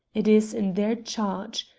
it is in their charge.